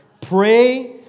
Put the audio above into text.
Pray